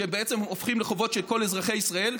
שבעצם הופכים לחובות של כל אזרחי ישראל,